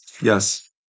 Yes